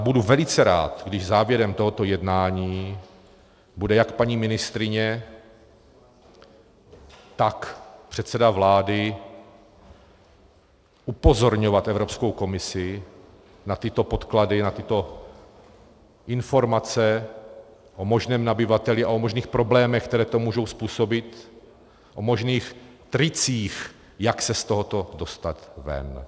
Budu velice rád, když závěrem tohoto jednání bude jak paní ministryně, tak předseda vlády upozorňovat Evropskou komisi na tyto podklady, na tyto informace o možném nabyvateli a o možných problémech, které to může způsobit, o možných tricích, jak se z tohoto dostat ven.